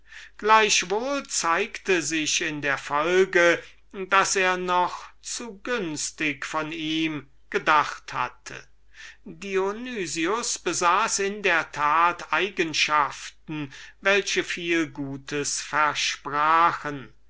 doch zeigte sich in der folge daß er noch zu gut von ihm gedacht hatte dionys hatte in der tat eigenschaften welche viel gutes versprachen